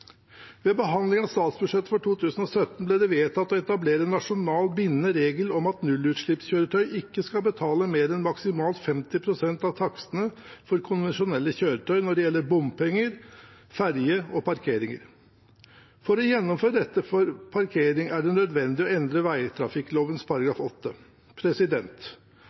Ved behandlingen av statsbudsjettet for 2017 ble det vedtatt å etablere en nasjonal bindende regel om at nullutslippskjøretøy ikke skal betale mer enn maksimalt 50 pst. av takstene for konvensjonelle kjøretøy når det gjelder bompenger, ferjer og parkeringer. For å gjennomføre dette for parkering er det nødvendig å endre